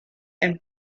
and